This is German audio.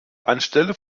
anstelle